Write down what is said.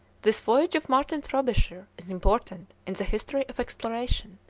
this voyage of martin frobisher is important in the history of exploration.